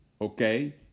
Okay